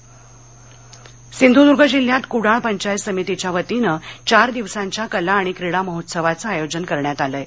महोत्सव सिंधदर्ग सिंधूद्ग जिल्ह्यात कुडाळ पंचायत समितीच्या वतीनं चार दिवसांच्या कला आणि क्रीडा महोत्सवाचं आयोजन करण्यात आले आहे